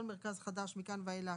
כל מרכז חדש מכאן ואליך